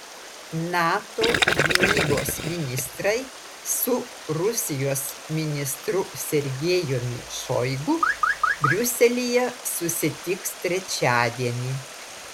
nato gynybos ministrai su rusijos ministru sergejumi šoigu briuselyje susitiks trečiadienį